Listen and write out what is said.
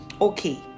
Okay